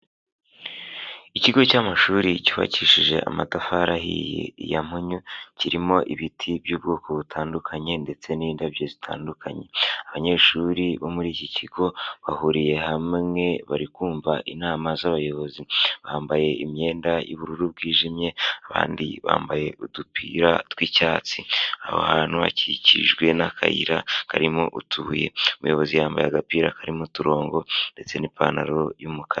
Ikigo cy'amashuri cyubakishije amatafari ahiye ya mpunyu, kirimo ibiti by'ubwoko butandukanye ndetse n'indabyo zitandukanye. Abanyeshuri bo muri iki kigo bahuriye hamwe bari kumva inama z'abayobozi. Bambaye imyenda y'ubururu bwijimye, abandi bambaye udupira tw'icyatsi. Aho hantu hakikijwe n'akayira karimo utubuye. Umuyobozi yambaye agapira karimo uturongo ndetse n'ipantaro y'umukara.